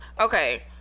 Okay